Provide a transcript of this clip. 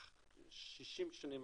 ב-60 השנים האחרונות.